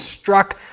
struck